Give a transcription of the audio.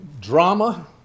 drama